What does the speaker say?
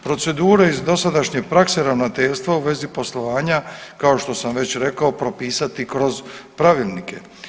Procedure iz dosadašnje prakse Ravnateljstva u vezi poslovanja, kao što sam već rekao, propisati kroz pravilnike.